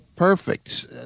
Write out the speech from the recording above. Perfect